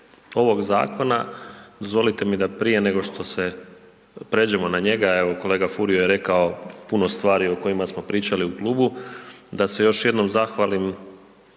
ovog zakona dozvolite mi da prije nego što pređemo na njega, evo kolega Furio je rekao puno stvari o kojima smo pričali u klubu, da se još jednom zahvalim